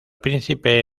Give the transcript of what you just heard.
príncipe